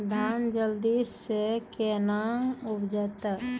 धान जल्दी से के ना उपज तो?